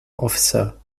officer